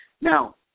now